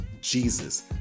Jesus